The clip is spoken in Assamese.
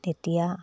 তেতিয়া